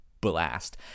blast